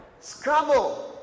Scrabble